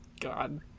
God